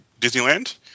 Disneyland